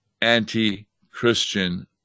anti-Christian